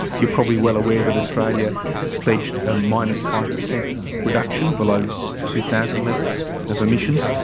you're probably well aware that australia pledged ah minus five percent reduction below two thousand levels of emissions.